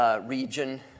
region